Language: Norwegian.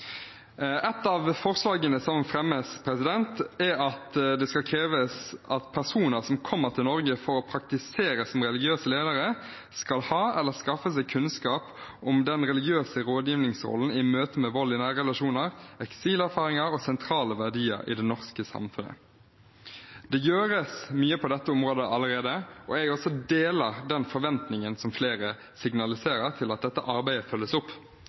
av forslagene som fremmes, er at det skal kreves at personer som kommer til Norge for å praktisere som religiøse ledere, skal ha eller skaffe seg kunnskap om den religiøse rådgivningsrollen i møte med vold i nære relasjoner, eksilerfaringer og sentrale verdier i det norske samfunnet. Det gjøres mye på dette området allerede, og jeg deler den forventningen som flere signaliserer til at dette arbeidet følges opp.